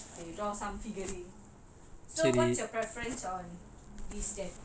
or some people have tattoos and some figurine